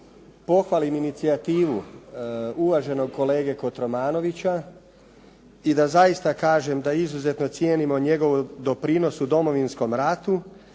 pohvalim inicijativu uvaženog kolege Kotromanovića i da zaista kažem da izuzetno cijenimo njegov doprinos u Domovinskom ratu.